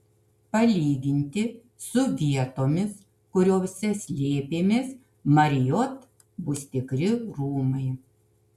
palyginti su vietomis kuriose slėpėmės marriott bus tikri rūmai